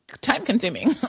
time-consuming